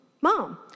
mom